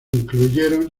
incluyeron